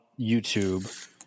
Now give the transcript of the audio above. YouTube